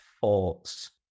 thoughts